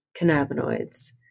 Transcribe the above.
cannabinoids